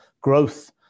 growth